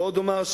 ועוד אומר,